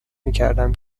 میکردم